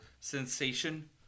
sensation